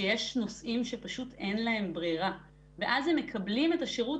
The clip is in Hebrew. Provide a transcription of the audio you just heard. שיש נוסעים שפשוט אין להם ברירה ואז הם מקבלים את השירות